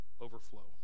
overflow